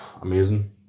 amazing